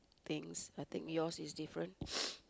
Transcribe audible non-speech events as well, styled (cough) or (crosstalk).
things I think your is different (noise)